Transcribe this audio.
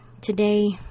today